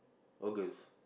August